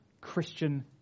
Christian